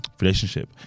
relationship